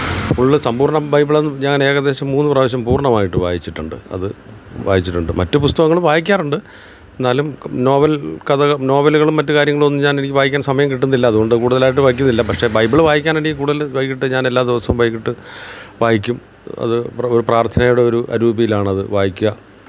full സമ്പൂര്ണ്ണം ബൈബിളും ഞാൻ ഏകദേശം മൂന്ന് പ്രാവിശ്യം പൂര്ണ്ണമായിട്ട് വായിച്ചിട്ടുണ്ട് അത് വായിച്ചിട്ടുണ്ട് മറ്റു പുസ്തകങ്ങളും വായിക്കാറുണ്ട് എന്നാലും നോവല് കഥ നോവലുകളും മറ്റു കാര്യങ്ങളുമൊന്നും ഞാന് എനിക്ക് വായിക്കാന് സമയം കിട്ടുന്നില്ല അതുകൊണ്ട് കൂടുതലായിട്ട് വായിക്കുന്നില്ല പക്ഷെ ബൈബിള് വായിക്കാന് എനിക്ക് കൂടുതൽ വൈകിയിട്ട് ഞാനെല്ലാ ദിവസവും വൈകിയിട്ട് വായിക്കും അത് പ്രാര്ത്ഥനയുടെ ഒരു അരൂപിയിലാണത് വായിക്കുക